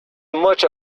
much